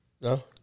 No